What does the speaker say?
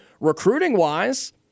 recruiting-wise